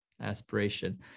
aspiration